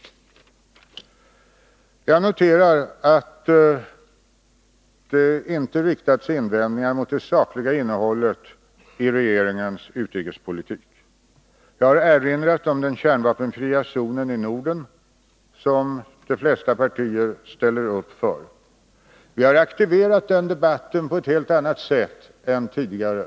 Jag noterar att det inte har riktats invändningar mot det sakliga innehållet i regeringens utrikespolitik. Jag har erinrat om den kärnvapenfria zonen i Norden, som de flesta partier ställer sig bakom. Vi har aktiverat den debatten på ett helt annat sätt än tidigare.